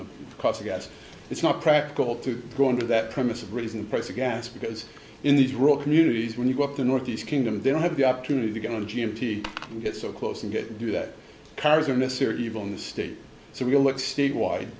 the cost of gas it's not practical to go into that premise of raising the price of gas because in these rural communities when you go up the northeast kingdom they don't have the opportunity to get on g m t and get so close and get to do that cars are necessary evil in the state so we'll look statewide